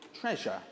treasure